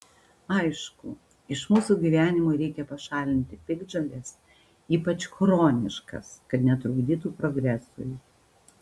aišku iš mūsų gyvenimo reikia pašalinti piktžoles ypač chroniškas kad netrukdytų progresui